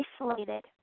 isolated